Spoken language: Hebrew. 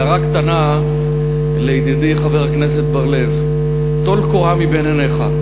הערה קטנה לידידי חבר הכנסת בר-לב: טול קורה מבין עיניך.